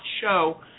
show